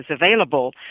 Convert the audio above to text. available